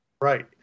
Right